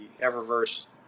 Eververse